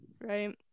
right